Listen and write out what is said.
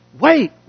Wait